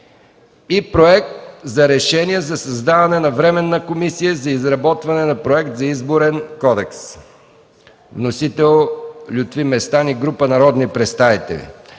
- Проект за решение за създаване на Временна комисия за изработване на проект за Изборен кодекс. Вносители – Лютви Местан и група народни представители.